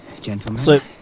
Gentlemen